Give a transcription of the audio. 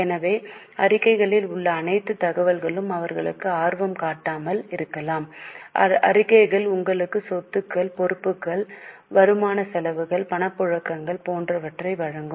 எனவே அறிக்கைகளில் உள்ள அனைத்து தகவல்களிலும் அவர்கள் ஆர்வம் காட்டாமல் இருக்கலாம் அறிக்கைகள் உங்களுக்கு சொத்துக்கள் பொறுப்புகள் வருமான செலவுகள் பணப்புழக்கங்கள் போன்றவற்றை வழங்கும்